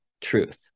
truth